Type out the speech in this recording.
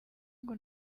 ngo